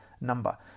number